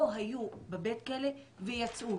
או היו בבית הכלא ויצאו.